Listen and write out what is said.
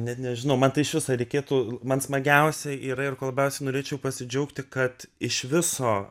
net nežinau man tai iš viso reikėtų man smagiausiai yra ir kuo labiausiai norėčiau pasidžiaugti kad iš viso